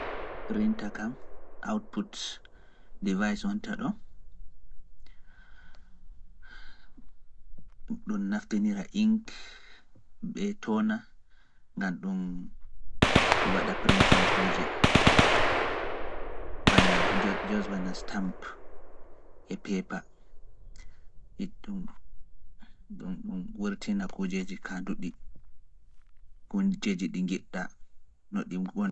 Printa kam, output, device wonta ɗo. ɗum naftinira ink ɓe toona, ngam ɗum, ɗum ɗum wurtina kuujeji kaanduɗi, kuñjeji ɗi ngiɗɗa no ɗi wona.